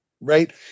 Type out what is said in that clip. right